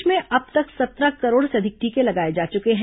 देश में अब तक सत्रह करोड़ से अधिक टीके लगाये जा चुके हैं